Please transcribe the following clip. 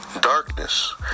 darkness